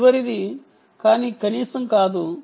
చివరిది కానీ కనీసం కాదు మరో ఆకర్షణీయమైన విషయం 5